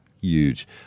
huge